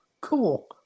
cool